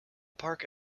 park